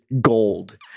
gold